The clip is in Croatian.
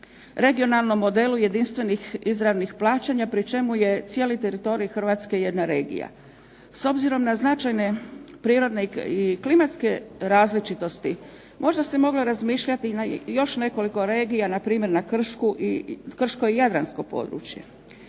regionalnom modelu jedinstvenih izravnih plaćanja pri čemu je cijeli teritorij Hrvatske jedna regija. S obzirom na značajne prirodne i klimatske različitosti možda se moglo razmišljati i na još nekoliko regija, npr. na krško i jadransko područje.